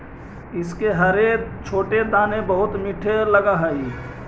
इसके हरे छोटे दाने बहुत मीठे लगअ हई